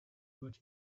but